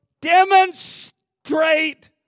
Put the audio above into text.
demonstrate